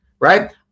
right